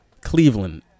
Cleveland